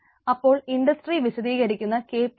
അപ്പൊൾ ഇൻഡസ്ട്രി വിശദീകരിക്കുന്ന K P I